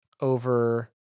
over